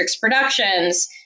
Productions